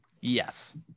Yes